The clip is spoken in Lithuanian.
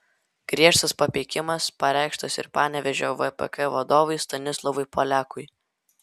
griežtas papeikimas pareikštas ir panevėžio vpk vadovui stanislovui poliakui